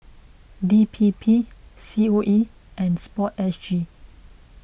D P P C O E and Sport S G